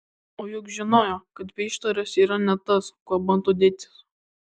o juk žinojo kad peištaras yra ne tas kuo bando dėtis